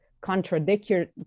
contradictory